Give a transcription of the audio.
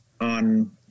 On